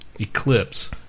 eclipse